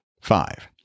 Five